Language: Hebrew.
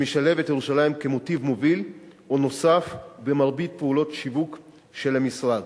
משולבת ירושלים כמוטיב מוביל או נוסף במרבית פעולות השיווק של המשרד.